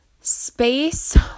space